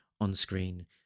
on-screen